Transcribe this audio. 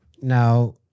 Now